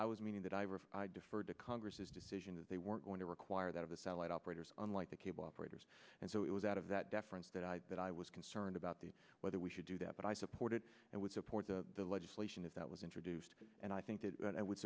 i was meaning that i deferred to congress's decision that they weren't going to require that of a satellite operators unlike the cable operators and so it was out of that deference that i had but i was concerned about the whether we should do that but i support it and would support the legislation if that was introduced and i think that i would